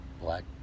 black